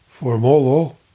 Formolo